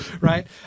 right